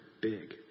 big